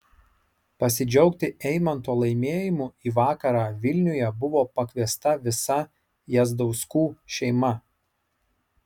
pasidžiaugti eimanto laimėjimu į vakarą vilniuje buvo pakviesta visa jazdauskų šeima